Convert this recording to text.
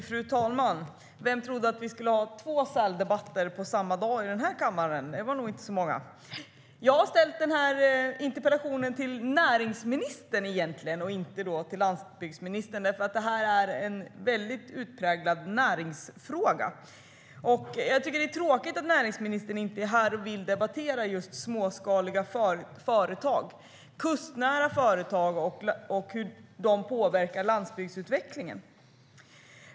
Fru talman! Vem trodde att vi skulle ha två säldebatter på samma dag i den här kammaren? Det var nog inte många. Jag har ställt den här interpellationen till näringsministern och inte till landsbygdsministern, för det är en utpräglad näringsfråga. Jag tycker att det är tråkigt att näringsministern inte är här och vill debattera just småskaliga företag, kustnära företag, och hur de påverkar landsbygdsutvecklingen.